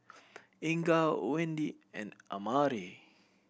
Inga Wende and Amare